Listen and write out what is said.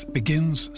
begins